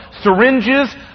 syringes